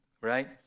right